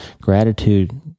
Gratitude